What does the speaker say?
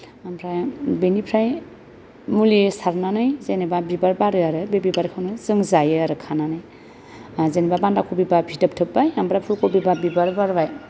ओमफ्राय बेनिफ्राय मुलि सारनानै जेनेबा बिबार बारो आरो बे बिबारखौनो जों जायो आरो खानानै ओ जेनेबा बान्दाकफि बा फिथोब थोब्बाय ओमफ्राय फुलकबि बा बिबार बारबाय